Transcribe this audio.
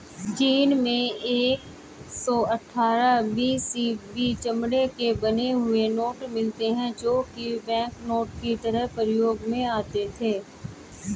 चीन में एक सौ अठ्ठारह बी.सी में चमड़े के बने हुए नोट मिले है जो की बैंकनोट की तरह प्रयोग में आते थे